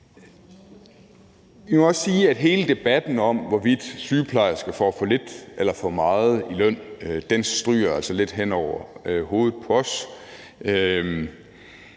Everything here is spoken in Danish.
Vi må også sige, at hele debatten om, hvorvidt sygeplejersker får for lidt eller for meget i løn, stryger altså lidt hen over hovedet på os.